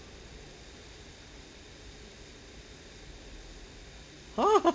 !huh!